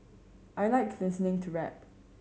I like listening to rap